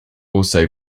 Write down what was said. also